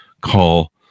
call